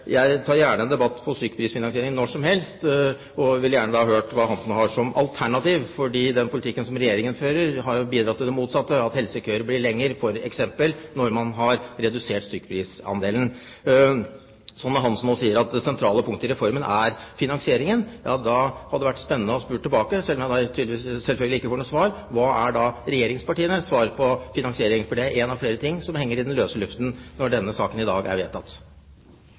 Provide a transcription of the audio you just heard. Jeg tar gjerne en debatt om stykkprisfinansiering når som helst og ville gjerne hørt hva Hansen har som alternativ. For den politikken som Regjeringen fører, har bidratt til det motsatte, f.eks. at helsekøer blir lengre når man har redusert stykkprisandelen. Så når Hansen nå sier at det sentrale punktet i reformen er finansiering, hadde det vært spennende å spørre tilbake, selv om jeg selvfølgelig ikke får noe svar: Hva er regjeringspartienes svar på finansiering? Det er én av flere ting som henger i løse luften når denne saken i dag er vedtatt.